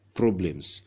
problems